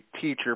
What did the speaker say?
teacher